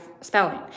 spelling